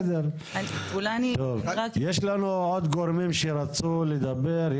יש לנו עוד גורמים שרצו לדבר?